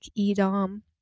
Edom